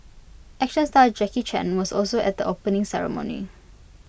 action star Jackie chan was also at the opening ceremony